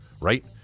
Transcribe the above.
Right